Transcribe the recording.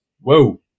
Whoa